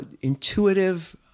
intuitive